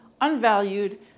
unvalued